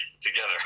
together